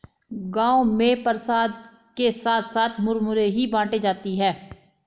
गांव में प्रसाद के साथ साथ मुरमुरे ही बाटी जाती है